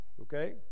Okay